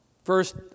First